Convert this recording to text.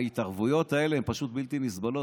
ההתערבויות האלה הן פשוט בלתי נסבלות.